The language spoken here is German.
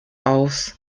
aus